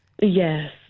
Yes